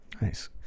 nice